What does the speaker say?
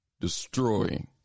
destroying